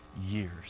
years